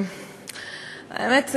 האמת,